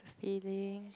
feeling